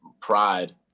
pride